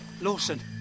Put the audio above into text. Lawson